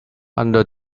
under